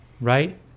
right